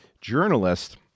journalist